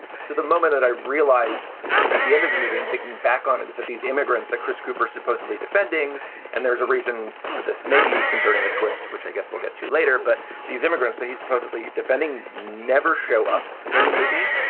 so the moment that i realized at the end of the movie and thinking back on it is that these immigrants that chris cooper supposedly defending and there's a reason for this maybe concerning the twist, which i guess we'll get to later. but these immigrants that he's supposedly defending never show up in the movie,